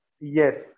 Yes